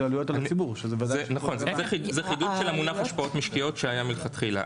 זה עלויות על הציבור זה חידוד של המונח השפעות משקיות שהיה מלכתחילה.